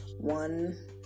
one